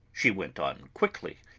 she went on quickly,